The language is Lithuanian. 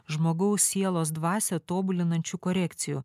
žmogaus sielos dvasią tobulinančių korekcijų